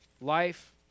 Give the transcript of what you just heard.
life